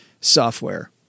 software